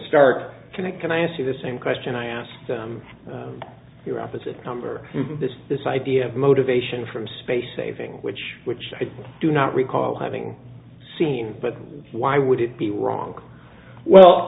start connect can i ask you the same question i asked your opposite number this this idea of motivation from space saving which which i do not recall having seen but why would it be wrong well